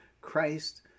Christ